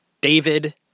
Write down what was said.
David